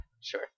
Sure